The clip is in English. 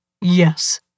Yes